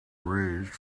raised